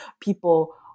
people